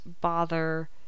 bother